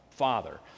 father